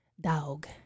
dog